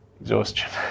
exhaustion